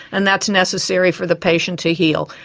and that's necessary for the patient to heal.